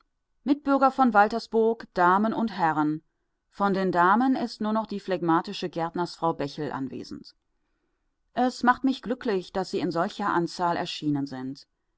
mitbürger von waltersburg damen und herren von den damen ist nur noch die phlegmatische gärtnersfrau bächel anwesend es macht mich glücklich daß sie in solcher anzahl erschienen sind